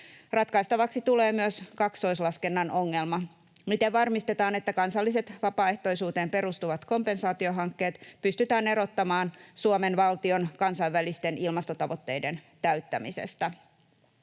Ratkaistavaksi tulee myös kaksoislaskennan ongelma: miten varmistetaan, että kansalliset vapaaehtoisuuteen perustuvat kompensaatiohankkeet pystytään erottamaan Suomen valtion kansainvälisten ilmastotavoitteiden täyttämisestä.